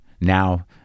now